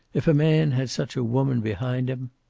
if a man had such a woman behind him.